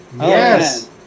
Yes